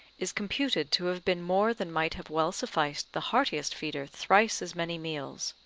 is computed to have been more than might have well sufficed the heartiest feeder thrice as many meals.